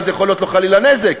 שאז יכול להיות לו חלילה נזק.